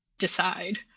decide